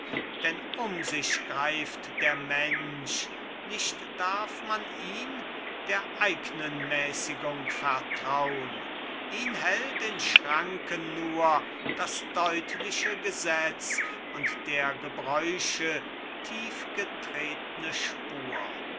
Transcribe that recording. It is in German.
denn um sich greift der mensch nicht darf man ihn der eignen mäßigung vertraun ihn hält in schranken nur das deutliche gesetz und der gebräuche tiefgetretne spur